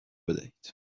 بدهید